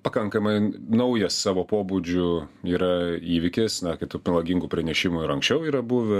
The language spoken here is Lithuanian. pakankamai n naujas savo pobūdžiu yra įvykis na kitų melagingų pranešimų ir anksčiau yra buvę